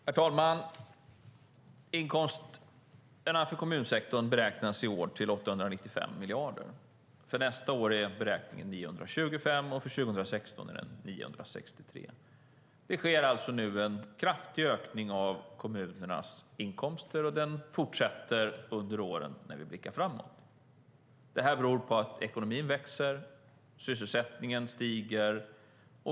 Herr talman! Inkomsterna för kommunsektorn beräknas i år till 895 miljarder. För nästa år är beräkningen 925 miljarder, och för år 2016 är beräkningen 963 miljarder. Det sker alltså nu en kraftig ökning av kommunernas inkomster, och den fortsätter under åren när vi blickar framåt. Det här beror på att ekonomin växer och sysselsättningen stiger.